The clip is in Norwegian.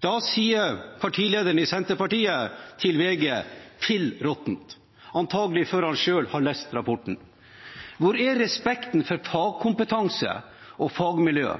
Da sa partilederen i Senterpartiet til VG: «Pill råttent!» – antakelig før han selv hadde lest rapporten. Hvor er respekten for fagkompetanse og fagmiljø?